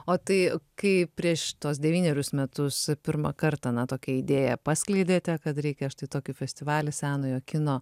o tai kai prieš tuos devynerius metus pirmą kartą na tokią idėją paskleidėte kad reikia štai tokį festivalį senojo kino